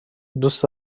دوست